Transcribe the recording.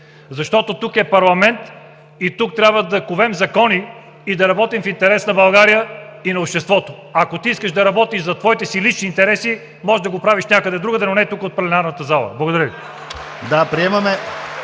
Тук е парламент и тук трябва да ковем закони и да работим в интерес на България и на обществото! Ако ти искаш да работиш за твоите лични интереси, можеш да го правиш някъде другаде, но не тук, от пленарната зала! Благодаря Ви.